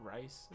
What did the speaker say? rice